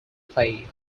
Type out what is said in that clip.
play